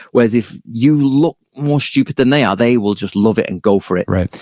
whereas if you look more stupid than they are, they will just love it and go for it right.